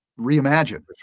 reimagine